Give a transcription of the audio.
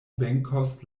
venkos